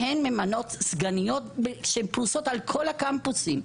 והן ממנות סגניות שפרוסות בכל הקמפוסים.